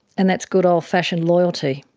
and that's good old fashioned loyalty.